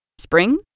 Spring